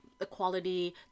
equality